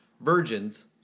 Virgins